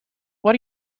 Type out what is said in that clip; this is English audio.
are